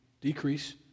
decrease